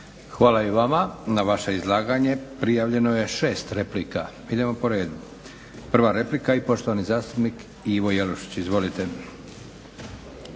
Hvala i vama. Na vaše izlaganje prijavljeno je 6 replika. Idemo po redu. Prva replika i poštovani zastupnik Ivo Jelušić. Izvolite.